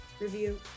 review